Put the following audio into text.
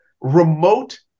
Remote